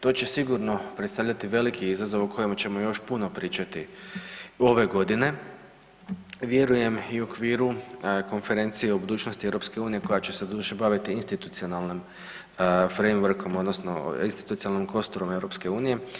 To će sigurno predstavljati veliki izazov o kojem ćemo još puno pričati ove godine vjerujem i u okviru konferencije o budućnosti EU koja će se doduše baviti institucionalnim frame workom, odnosno egzistencijalnim kosturom EU.